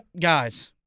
Guys